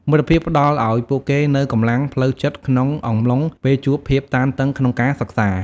មិត្តភាពផ្តល់ឱ្យពួកគេនូវកម្លាំងផ្លូវចិត្តក្នុងអំឡុងពេលជួបភាពតានតឹងក្នុងការសិក្សា។